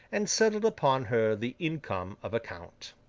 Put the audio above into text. and settled upon her the income of a count.